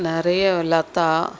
நிறைய லதா